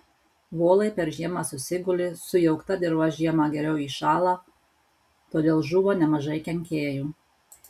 volai per žiemą susiguli sujaukta dirva žiemą geriau įšąla todėl žūva nemažai kenkėjų